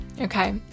Okay